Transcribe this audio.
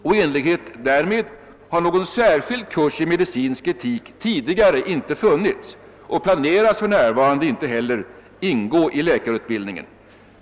I enlighet härmed har någon särskild kurs i medicinsk etik tidigare inte funnits och planeras för närvarande inte heller ingå i läkarutbildningen.